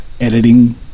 editing